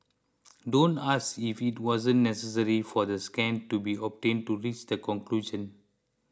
don't ask if it was necessary for the scan to be obtained to reach the conclusion